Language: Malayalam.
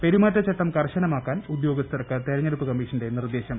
പെരുമാറ്റച്ചുട്ടം കർശനമാക്കാൻ ഉദ്യോഗസ്ഥർക്ക് തിരഞ്ഞെടുപ്പ് കമ്മീഷന്റെനിർദ്ദേശം